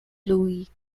louis